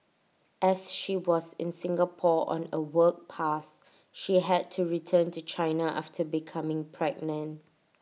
as she was in Singapore on A work pass she had to return to China after becoming pregnant